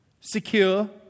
secure